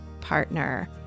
partner